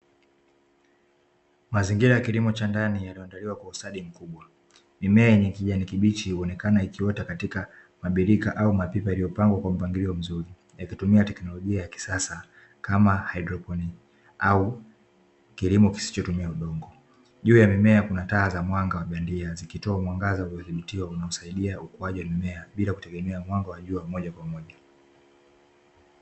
Mazingira ya kilimo cha ndani yaliyoandaliwa kwa ustadi mkubwa, mimea yenye kijani kibichi huonekana ikiota katika mabirika au mapipa iliyopangwa kwa mpangilio mzuri, ikitumia teknolojia ya kisasa kama haidroponi au kilimo kisichotumia udongo. Juu ya mimea kuna taa za mwanga wa bandia zikitoa mwangaza uliyodhibitiwa unaosaidia ukuaji wa mimea bila kutegemea mwanga wa jua moja kwa moja.